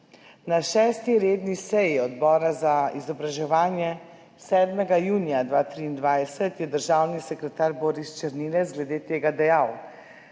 na šesti redni seji Odbora za izobraževanje, 7. junija 2023, je državni sekretar Boris Černilec glede tega dejal: